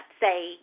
say